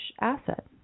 asset